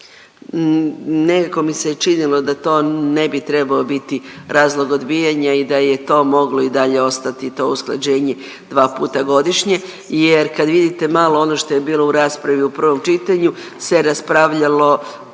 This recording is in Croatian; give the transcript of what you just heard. nekako mi se činilo da to ne bi trebao biti razlog odbijanja i da je to moglo i dalje ostati to usklađenje dva puta godišnje. Jer kad vidite malo ono što je bilo u raspravi u prvom čitanju se raspravljalo